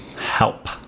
Help